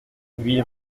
huit